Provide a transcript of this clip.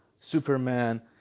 Superman